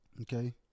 Okay